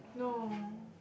no